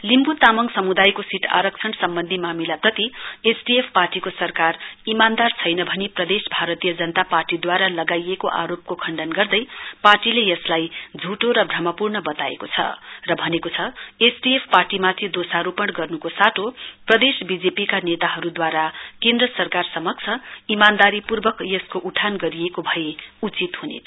लिम्ब् तामङ सम्दयको आरक्षण सम्बन्धी मामिलाप्रति एसडिएफ पार्टीको सरकार इमानदार छैन भनी प्रदेश भारतीय जनता पार्टीद्वारा लगाइएको आरोपको खण्डन गर्दै पार्टीले यसता झुटो र भ्रमपूर्ण बताएको छ र भनेको छ एसडिएफ पार्टीमाथि दोषारोपण गर्न्को साटो प्रदेश वीजेपीका नेताहरुद्वारा केन्द्र सरकारसमक्ष इमानदारीपूर्वक यसको उठान गरिएको भए उचित हने थियो